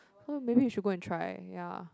oh maybe you should go and try ya